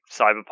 cyberpunk